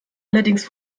allerdings